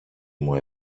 μου